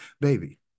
baby